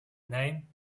name